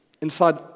Inside